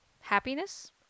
happiness